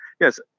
yes